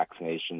vaccinations